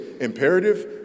Imperative